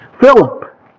Philip